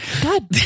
God